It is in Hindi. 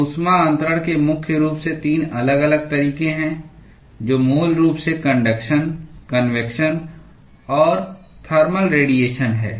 तो ऊष्मा अन्तरण के मुख्य रूप से 3 अलग अलग तरीके हैं जो मूल रूप से कन्डक्शन कन्वेक्शन और थर्मल रेडीएशन हैं